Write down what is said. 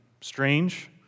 strange